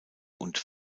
und